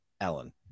Ellen